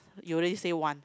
you already said one